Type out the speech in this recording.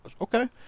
okay